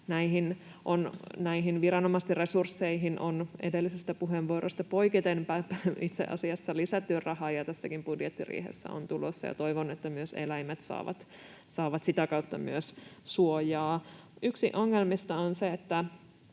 näihin viranomaisten resursseihin on edellisestä puheenvuorosta poiketen itse asiassa lisätty rahaa ja tässäkin budjettiriihessä on tulossa, ja toivon, että myös eläimet saavat sitä kautta suojaa. Yksi ongelmista on se, että